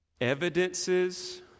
evidences